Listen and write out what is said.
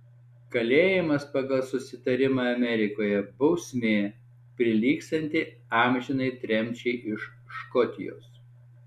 kalėjimas pagal susitarimą amerikoje bausmė prilygstanti amžinai tremčiai iš škotijos